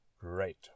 great